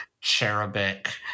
cherubic